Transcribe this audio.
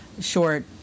short